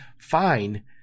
Fine